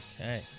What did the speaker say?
Okay